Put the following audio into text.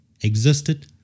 existed